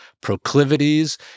proclivities